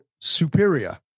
superior